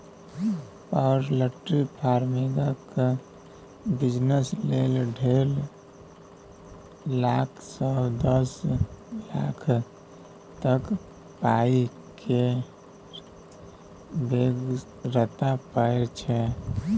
poultry फार्मिंगक business लेल डेढ़ लाख सँ दस लाख तक पाइ केर बेगरता परय छै